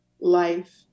life